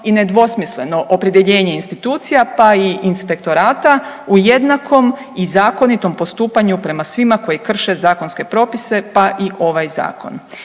i nedvosmisleno opredjeljenje institucija pa i inspektora u jednakom i zakonitom postupanju prema svima koji krše zakonske propise pa i ovaj zakon.